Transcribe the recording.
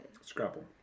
Scrabble